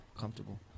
comfortable